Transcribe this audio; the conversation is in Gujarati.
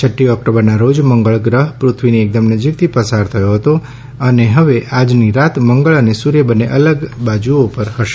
છ્ટ્ટી ઑક્ટોબરના રોજ મંગળ ગ્રહ પૃથ્વીની એકદમ નજીકથી પસાર થયો હતો અને હવે આજની રાત મંગળ અને સૂર્ય બન્ને અલગ બાજુઓ પર હશે